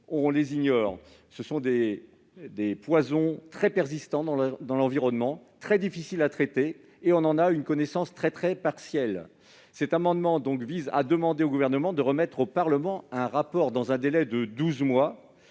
on les ignore. Ce sont des poisons très persistants dans l'environnement, très difficiles à traiter et on n'en a qu'une connaissance très partielle. Cet amendement vise à demander au Gouvernement de remettre au Parlement un rapport dans un délai de douze mois.